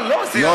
לא, לא, זה ירד.